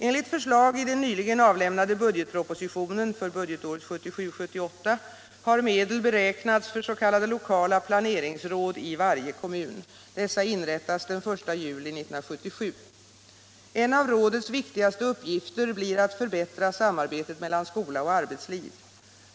Enligt förslag i den nyligen avlämnade budgetpropositionen för budgetåret 1977/78 har medel beräknats för s.k. lokala planeringsråd i varje kommun. Dessa inrättas den 1 juli 1977. En av rådens viktigaste uppgifter blir att förbättra samarbetet mellan skola och arbetsliv.